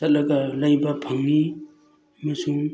ꯆꯠꯂꯒ ꯂꯩꯕ ꯐꯪꯏ ꯑꯃꯁꯨꯡ